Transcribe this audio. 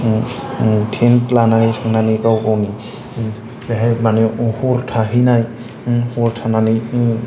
tent लानानै थांनानै गावगावनि बेहाय मानि हर थाहैनाय हर थानानै